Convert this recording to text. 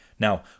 Now